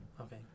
okay